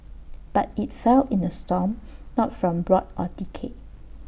but IT fell in A storm not from rot or decay